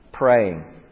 Praying